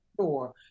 Sure